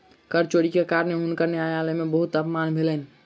कर चोरी के कारण हुनकर न्यायालय में बहुत अपमान भेलैन